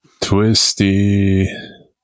Twisty